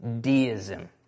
deism